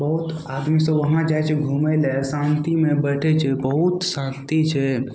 बहुत आदमी सभ उहाँ जाइ छै घुमय लए शान्तिमे बैठय छै बहुत शान्ति छै